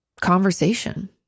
conversation